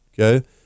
Okay